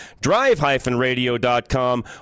drive-radio.com